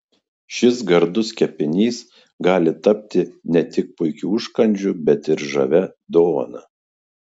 šis gardus kepinys gali tapti ne tik puikiu užkandžiu bet ir žavia dovana